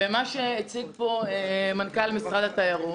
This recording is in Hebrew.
מה שהציג פה מנכ"ל משרד התיירות,